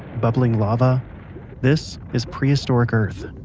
bubbling lava this is prehistoric earth